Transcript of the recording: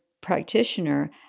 practitioner